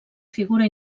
figura